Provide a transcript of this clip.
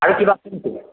আৰু কিবা আছে নেকি